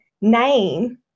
name